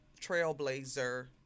trailblazer